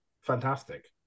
fantastic